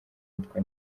yitwa